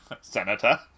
Senator